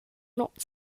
not